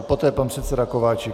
Poté pan předseda Kováčik.